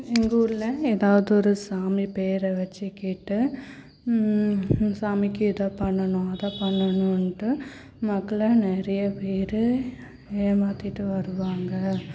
எங்கள் ஊர்ல ஏதாவது ஒரு சாமி பேரை வச்சிக்கிட்டு சாமிக்கு இதை பண்ணனும் அதை பண்ணனும்ட்டு மக்களை நிறைய பேர் ஏமாத்திகிட்டு வருவாங்க